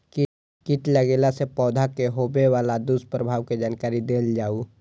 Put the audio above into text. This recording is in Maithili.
कीट लगेला से पौधा के होबे वाला दुष्प्रभाव के जानकारी देल जाऊ?